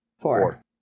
Four